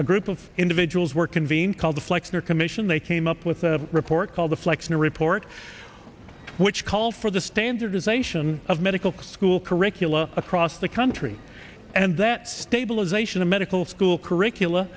a group of individuals were convened called the flexner commission they came up with a report called the flexner report which called for the standardization of medical school curricula across the country and that stabilization of medical school curricula